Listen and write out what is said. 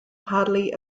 hardly